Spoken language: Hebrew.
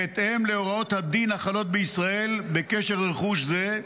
בהתאם להוראות הדין החלות בישראל בקשר לרכוש זה,